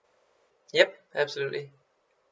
yup absolutely